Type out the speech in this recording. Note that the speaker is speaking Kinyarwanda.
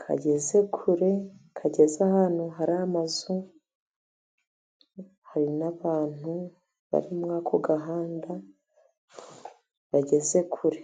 kageze kure, kageze ahantu hari amazu, hari n'abantu bari muri ako gahanda bageze kure.